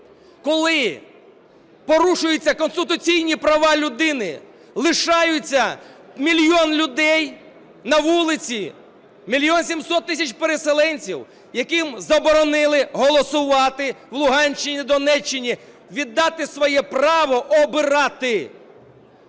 коли порушуються конституційні права людини, лишається мільйон людей на вулиці, 1 мільйон 700 тисяч переселенців, яким заборонили голосувати в Луганщині, Донеччині, віддати своє право обирати?